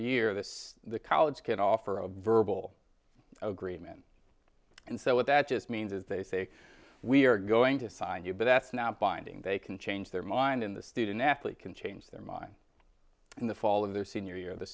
year this the college can offer a verbal agreement and so what that just means is they say we're going to sign you but that's not binding they can change their mind in the student athlete can change their mind in the fall of their senior year the